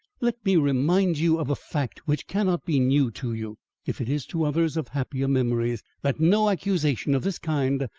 let me remind you of a fact which cannot be new to you if it is to others of happier memories, that no accusation of this kind,